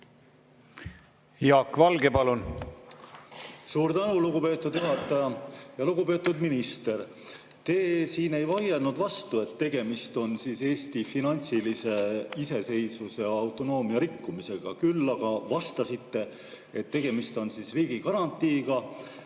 Jaak Valge, palun!